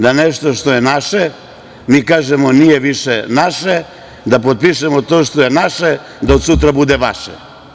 Da nešto što je naše kažemo nije više naše, da potpišemo to što je naše da od sutra bude vaše.